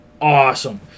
awesome